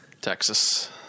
Texas